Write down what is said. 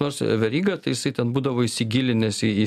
nors veryga tai jisai ten būdavo įsigilinęs į